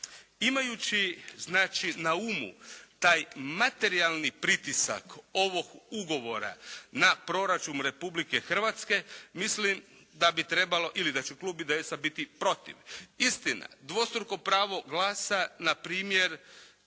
znači na umu taj materijalni pritisak ovog ugovora na proračun Republike Hrvatske mislim da bi trebalo ili da će Klub IDS-a biti protiv. Istina, dvostruko pravo glasa na primjer